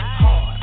hard